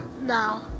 No